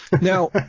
Now